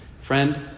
friend